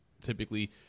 typically